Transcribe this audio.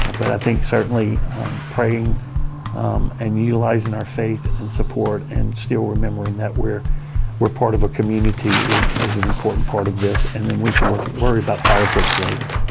but i think certainly praying um and utilizing our faith and support and still remembering that we're we're part of a community is is an important part of this and then we can worry about politics later.